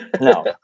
No